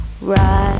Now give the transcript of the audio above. Right